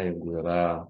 jeigu yra